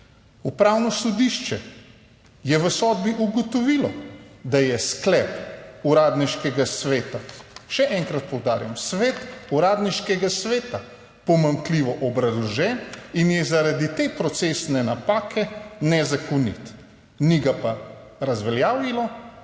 Upravno sodišče je v sodbi ugotovilo, da je sklep Uradniškega sveta, še enkrat poudarjam, sklep Uradniškega sveta pomanjkljivo obrazložen in je zaradi te procesne napake nezakonit, ni ga pa razveljavilo